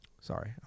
Sorry